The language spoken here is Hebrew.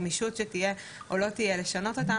הגמישות שתהיה או לא תהיה לשנות אותם.